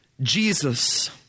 Jesus